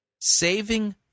Saving